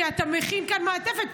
כי אתה מכין כאן מעטפת.